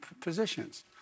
positions